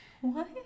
What